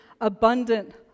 abundant